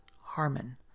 Harmon